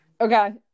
Okay